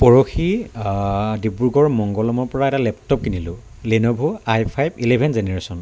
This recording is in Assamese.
পৰহি ডিব্ৰুগড় মংগলমৰপৰা এটা লেপটপ কিনিলোঁ Lenovo i five eleven generation